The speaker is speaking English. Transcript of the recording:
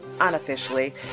unofficially